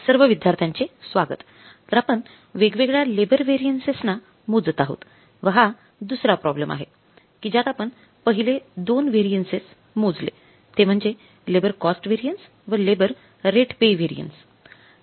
सर्व विद्यार्थ्यांचे स्वागत तर आपण वेगवेगळया लेबर व्हॅरियन्ससना मोजत आहोत व हा दुसरा प्रॉब्लेम आहे कि ज्यात आपण पहिले दोन व्हॅरिनेसिस मोजले ते म्हणजे लेबर कॉस्ट व्हॅरियन्स व लेबर रेट पे व्हॅरियन्स